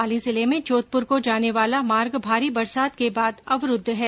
पाली जिले में जोधपुर को जाने वाला मार्ग भारी बरसात के बाद अवरूद्व है